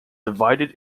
divided